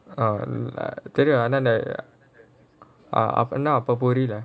தெரியாது ஆனா நான் அப்போ என்ன புரிய:teriyaathu aanaa naan appo enna purila